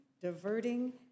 diverting